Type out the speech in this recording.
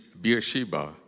Beersheba